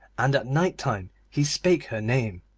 and at night-time he spake her name.